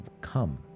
come